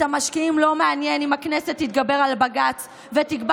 את המשקיעים לא מעניין אם הכנסת תתגבר על בג"ץ ותקבע